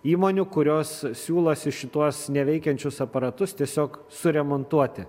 įmonių kurios siūlosi šituos neveikiančius aparatus tiesiog suremontuoti